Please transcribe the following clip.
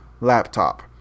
laptop